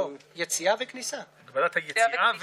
כמובן שהפתרון הטוב ביותר,